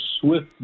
SWIFT